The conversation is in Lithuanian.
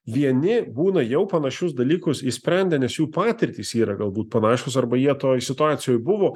vieni būna jau panašius dalykus išsprendę nes jų patirtys yra galbūt panašios arba jie toj situacijoj buvo